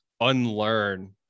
unlearn